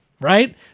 right